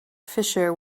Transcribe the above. fissure